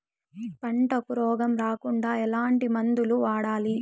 పంటకు రోగం రాకుండా ఎట్లాంటి మందులు వాడాలి?